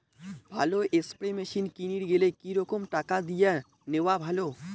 ভালো spray machine কিনির গেলে কি রকম টাকা দিয়া নেওয়া ভালো?